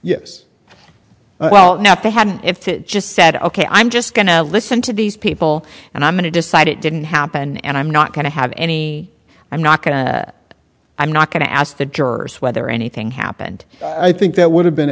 yes well now if they had if it just said ok i'm just going to listen to these people and i'm going to decide it didn't happen and i'm not going to have any i'm not going to i'm not going to ask the jurors whether anything happened i think that would have been